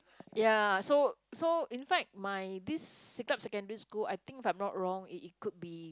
ya so so in fact my this siglap secondary school I think if I'm not wrong it it could be